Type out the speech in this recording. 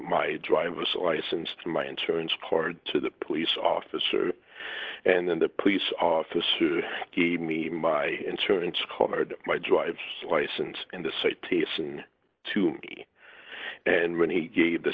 my driver's license to my insurance part to the police officer and then the police officer gave me my insurance card my drives license and the citation to me and when he gave the